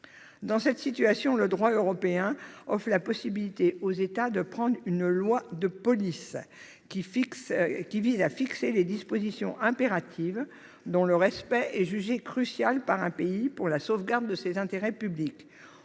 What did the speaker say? Dans cette situation, le droit européen offre la possibilité aux États de prendre une loi de police, qui vise à fixer des dispositions impératives, dont le respect est jugé crucial par un pays pour la sauvegarde de ses intérêts publics,